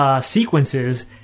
Sequences